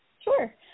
Sure